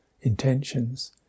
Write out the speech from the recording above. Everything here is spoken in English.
intentions